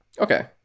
Okay